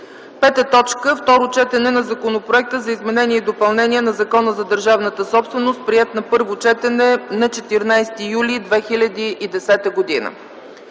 2010 г. 5. Второ четене на Законопроекта за изменение и допълнение на Закона за държавната собственост, приет на първо четене на 14 юли 2010 г.